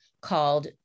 called